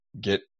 get